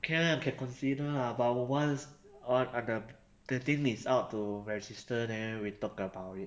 can lah can consider lah but 我们 once al~ ot~ the thing is up to register then we talk about it